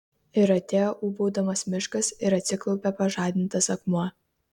ir atėjo ūbaudamas miškas ir atsiklaupė pažadintas akmuo